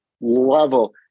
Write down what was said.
level